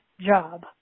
job